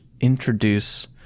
introduce